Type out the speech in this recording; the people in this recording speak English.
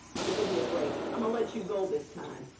i'ma give you a break, i'ma let you go this time.